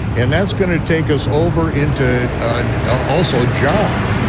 and that's gonna take us over into also john,